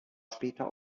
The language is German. später